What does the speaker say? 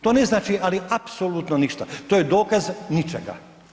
To ne znači ali apsolutno ništa, to je dokaz ničega.